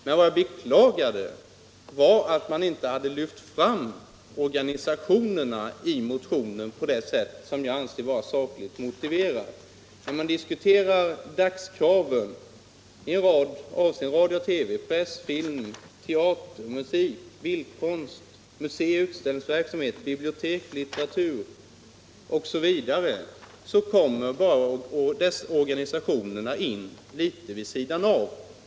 Men jag beklagade att vpk inte lyft fram organisationerna i motionen på det sätt som jag anser är sakligt motiverat. När dagskraven diskuteras, de som avser radio, TV, press, film, teater, musik, bildkonst, museioch utställningsverksamhet, bibliotek, litteratur osv., kommer dessa organisationer bara in litet vid sidan av.